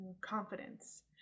confidence